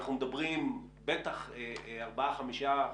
אנחנו מדברים על ארבעה-חמישה חודשים,